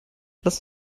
lass